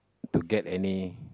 to get any